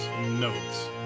notes